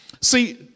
See